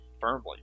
firmly